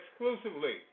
exclusively